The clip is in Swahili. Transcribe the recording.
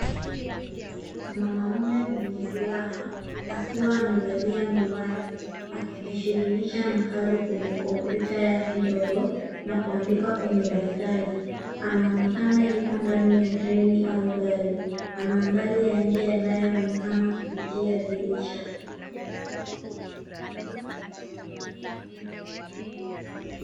Mwanaume mwenye furaha akiwa amevalia miwani akijishughulisha na kazi kwenye kompyuta yake ndogo na kuandika kwenye daftari. Anaonekana yuko ndani ya treni au gari na mandhari ya nje yanayoonekana kupitia dirisha.